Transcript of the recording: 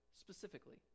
specifically